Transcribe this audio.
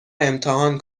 امتحان